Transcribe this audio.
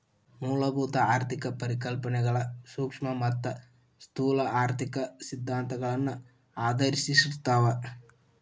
ಮೂಲಭೂತ ಆರ್ಥಿಕ ಪರಿಕಲ್ಪನೆಗಳ ಸೂಕ್ಷ್ಮ ಮತ್ತ ಸ್ಥೂಲ ಆರ್ಥಿಕ ಸಿದ್ಧಾಂತಗಳನ್ನ ಆಧರಿಸಿರ್ತಾವ